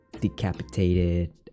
decapitated